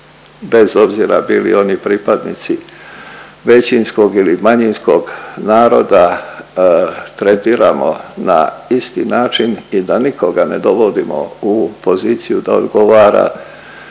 bez obzira bili oni pripadnici većinskog ili manjinskog naroda tretiramo na isti način i da nikoga ne dovodimo u poziciju da odgovara